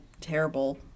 terrible